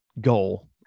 goal